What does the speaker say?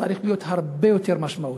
צריך להיות הרבה יותר משמעותי.